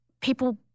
People